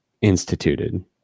instituted